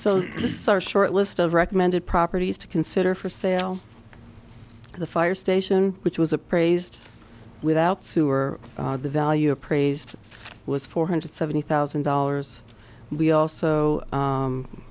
our short list of recommended properties to consider for sale the fire station which was appraised without sewer value appraised was four hundred seventy thousand dollars we also